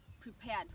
prepared